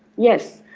yes,